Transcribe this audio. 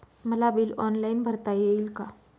मला bill online भरता येईल का?